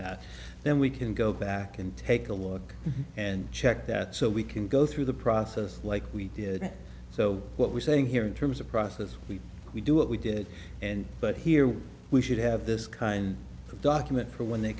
that then we can go back and take a look and check that so we can go through the process like we did so what we're saying here in terms of process we we do what we did and but here we should have this kind of document for when they